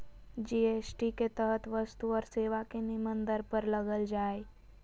GST के तहत वस्तु और सेवा के निम्न दर पर लगल जा हइ